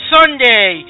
Sunday